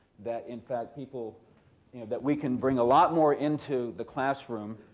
that, in fact, people you know that we can bring a lot more into the classroom.